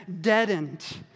deadened